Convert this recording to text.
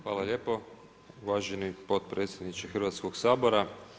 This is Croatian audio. Hvala lijepo uvaženi potpredsjedniče Hrvatskog sabora.